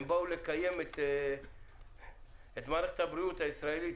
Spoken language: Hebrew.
הן באו לקיים את מערכת הבריאות הישראלית.